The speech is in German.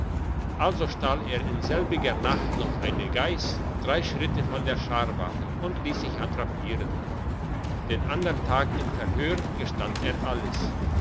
also stahl er in selbiger nacht eine geiss drei schritte von der scharwache und liess sich attrapieren den andern tag im verhör gestand er alles